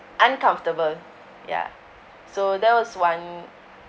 uncomfortable ya so that was one